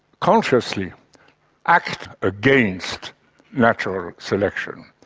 consciously act against natural selection.